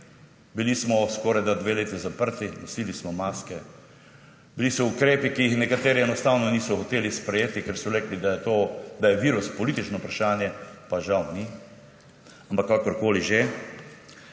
Bili smo skorajda dve leti zaprti, nosili smo maske, bili so ukrepi, ki jih nekateri enostavno niso hoteli sprejeti, ker so rekli, da je virus politično vprašanje, pa žal ni. Ampak kakorkoli že,